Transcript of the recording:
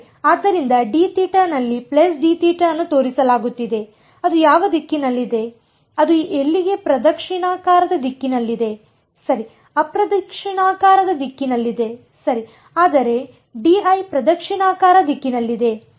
ಸರಿ ಆದ್ದರಿಂದ dθ ನಲ್ಲಿ dθ ಅನ್ನು ತೋರಿಸಲಾಗುತ್ತಿದೆ ಅದು ಯಾವ ದಿಕ್ಕಿನಲ್ಲಿದೆ ಅದು ಇಲ್ಲಿಗೆ ಪ್ರದಕ್ಷಿಣಾಕಾರದ ದಿಕ್ಕಿನಲ್ಲಿದೆ ಸರಿ ಅಪ್ರದಕ್ಷಿಣಾಕಾರದ ದಿಕ್ಕಿನಲ್ಲಿದೆ ಸರಿ ಆದರೆ dl ಪ್ರದಕ್ಷಿಣಾಕಾರ ದಿಕ್ಕಿನಲ್ಲಿದೆ